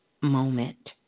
moment